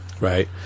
Right